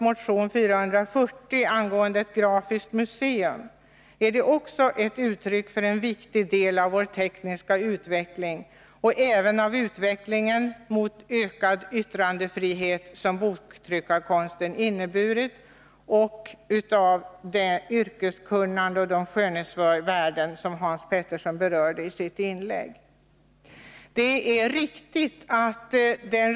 Motion 440 angående ett grafiskt museum tar upp en viktig del äv vår tekniska utveckling och belyser vilken betydelse boktryckarkonsten har haft för utvecklingen mot ökad yttrandefrihet. Hans Petersson i Hallstahammar berörde i sitt inlägg också yrkeskunnandet och skönhetsvärdena.